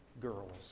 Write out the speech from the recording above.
girls